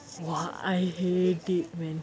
!wah! I hate it man